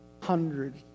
Hundreds